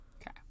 Okay